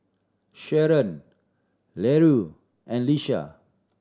Sharon Larue and Leisha